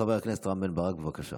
חבר הכנסת רם בן ברק, בבקשה.